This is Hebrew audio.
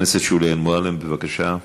חברת הכנסת שולי מועלם, בבקשה.